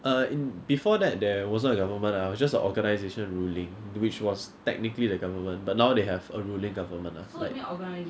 uh in before that there wasn't a government there was just a organisation ruling which was technically the government but now they have a ruling government ah like